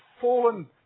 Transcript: fallen